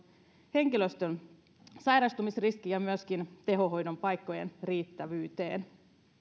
henkilöstön sairastumisriskiin ja myöskin tehohoidon paikkojen riittävyyteen